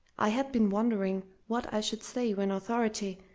i had been wondering what i should say when authority,